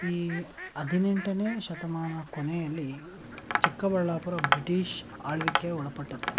ಈ ಹದಿನೆಂಟನೇ ಶತಮಾನ ಕೊನೆಯಲ್ಲಿ ಚಿಕ್ಕಬಳ್ಳಾಪುರ ಬ್ರಿಟೀಷ್ ಆಳ್ವಿಕೆ ಒಳಪಡುತ್ತೆ